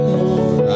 more